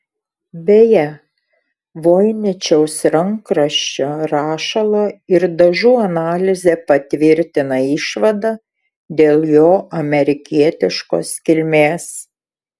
beje voiničiaus rankraščio rašalo ir dažų analizė patvirtina išvadą dėl jo amerikietiškos kilmės